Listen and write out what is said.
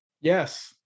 Yes